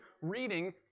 reading